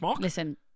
Listen